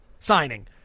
Signing